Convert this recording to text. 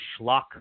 schlock